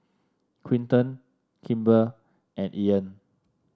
Quinton Kimber and Ean